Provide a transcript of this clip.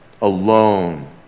alone